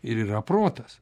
ir yra protas